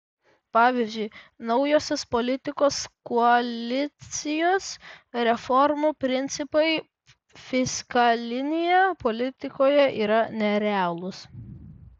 pavyzdžiui naujosios politikos koalicijos reformų principai fiskalinėje politikoje yra nerealūs